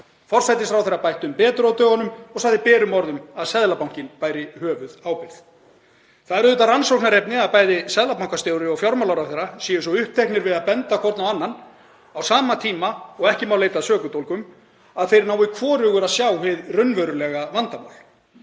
Forsætisráðherra bætti um betur á dögunum og sagði berum orðum að Seðlabankinn bæri höfuðábyrgð. Það er auðvitað rannsóknarefni að bæði seðlabankastjóri og fjármálaráðherra séu svo uppteknir við að benda hvor á annan, á sama tíma og ekki má leita að sökudólgum, að þeir nái hvorugur að sjá hið raunverulega vandamál.